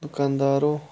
دُکَانٛدارو